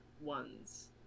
ones